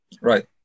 Right